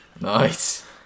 nice